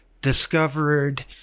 discovered